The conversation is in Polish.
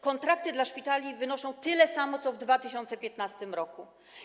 Kontrakty dla szpitali wynoszą tyle samo co w 2015 r.